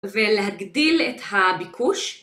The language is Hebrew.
ולהגדיל את הביקוש